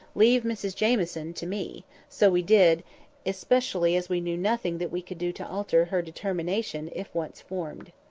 leave mrs jamieson to me so we did especially as we knew nothing that we could do to alter her determination if once formed.